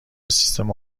سیستم